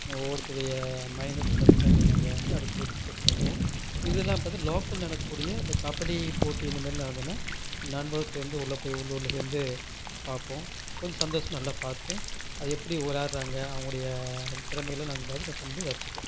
ஒவ்வொருத்தருடைய minus plus பாயிண்ட்டை நாங்கள் வந்து அடிக்கடி டிஸ்க்கஸ் பண்ணுவோம் இதெல்லாம் வந்து லோக்கல்ல நடக்க கூடிய இந்த கபடி போட்டி இந்தமாரி நடந்ததுனா நண்பர்களுடன் சேர்ந்து உள்ள போய் உள்ளூர்ல சேர்ந்து பார்ப்போம் கொஞ்சம் சந்தோசமாக நல்லா பார்த்து அது எப்படி விளையாடுறாங்க அவங்களோடய திறமைகளை நாங்கள் பார்த்து கண்டு ரசிப்போம்